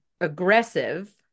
aggressive